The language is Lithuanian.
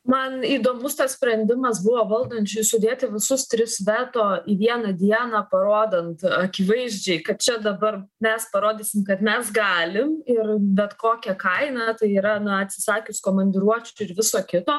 man įdomus tas sprendimas buvo valdančių sudėti visus tris veto į vieną dieną parodant akivaizdžiai kad čia dabar mes parodysim kad mes galim ir bet kokia kaina tai yra na atsisakius komandiruočių ir viso kito